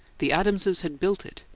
the adamses had built it,